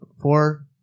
four